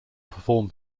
perform